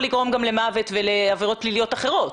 לגרום גם למוות ולעבירות פליליות אחרות.